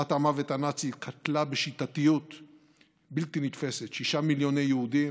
מכונת המוות הנאצית קטלה בשיטתיות בלתי נתפסת שישה מיליון יהודים,